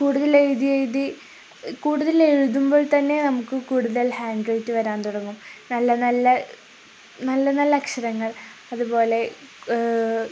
കൂടുതൽ എഴുതി എഴുതി കൂടുതൽ എഴുതുമ്പോൾ തന്നെ നമുക്ക് കൂടുതൽ ഹാൻഡ് റൈറ്റ് വരാൻ തുടങ്ങും നല്ല നല്ല നല്ല നല്ല അക്ഷരങ്ങൾ അതുപോലെ